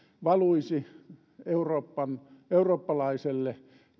valuisi eurooppalaiselle